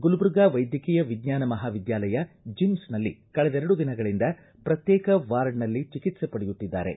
ಗುಲ್ಬರ್ಗಾ ವೈದ್ಯಕೀಯ ವಿಜ್ಞಾನ ಮಹಾವಿದ್ದಾಲಯ ಜಿಮ್ಸ್ನಲ್ಲಿ ಕಳೆದೆರಡು ದಿನಗಳಂದ ಪ್ರತ್ಯೇಕ ವಾರ್ಡ್ನಲ್ಲಿ ಚಿಕಿತ್ಸೆ ಪಡೆಯುತ್ತಿದ್ದಾರೆ